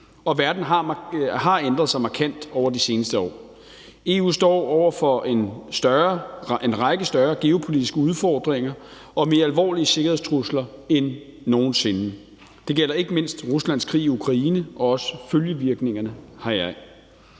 og verden har ændret sig markant over de seneste år. EU står over for en række større geopolitiske udfordringer og mere alvorlige sikkerhedstrusler end nogen sinde. Det gælder ikke mindst Ruslands krig i Ukraine og også følgevirkningerne heraf.